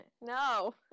No